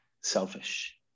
selfish